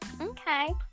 Okay